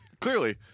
Clearly